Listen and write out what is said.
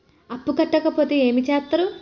అప్పు కట్టకపోతే ఏమి చేత్తరు?